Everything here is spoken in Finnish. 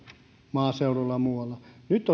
maaseudulla ja muualla nyt